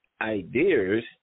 ideas